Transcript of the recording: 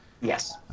Yes